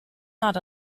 not